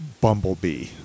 Bumblebee